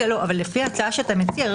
אבל לפי ההצעה שאתה מציע,